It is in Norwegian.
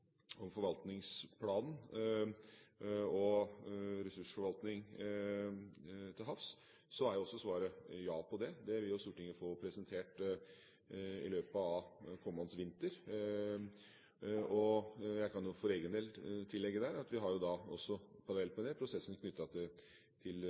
om forvaltningsplanen og ressursforvaltning til havs er jo også svaret ja. Det vil Stortinget få seg presentert i løpet av kommende vinter. Jeg kan for egen del legge til der at vi har en parallell på det, prosessen knyttet til petroleumsmeldingen, som også